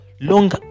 long